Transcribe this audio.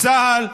צה"ל,